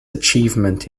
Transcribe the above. achievement